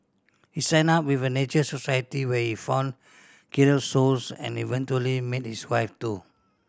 he signed up with the Nature Society where he found kindred souls and eventually met his wife too